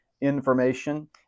information